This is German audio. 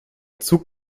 zug